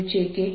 B0